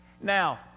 Now